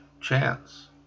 chance